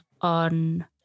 on